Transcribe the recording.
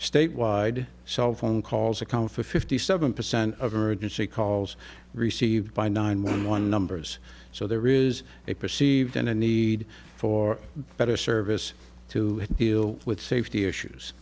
statewide cell phone calls account for fifty seven percent of emergency calls received by nine one one numbers so there is a perceived and a need for better service to deal with safety issues